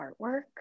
artwork